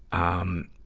um,